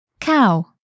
Cow